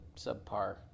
subpar